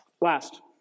Last